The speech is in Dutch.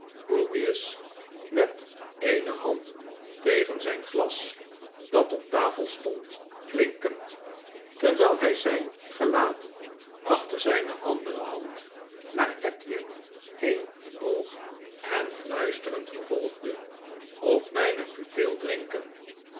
met eene hand tegen zyn glas dat op de tafel stond klinkend terwyl hy zyn gelaat achter zijne andere hand naar edwin heen boog enfluisterend vervolgde b op myne pupil drinken